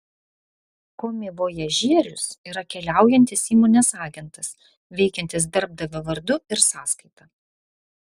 komivojažierius yra keliaujantis įmonės agentas veikiantis darbdavio vardu ir sąskaita